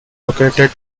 located